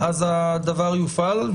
אז הדבר יופעל.